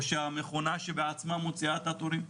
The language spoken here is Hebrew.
או במכונה שמוציאה את התורים.